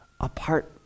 apart